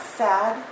sad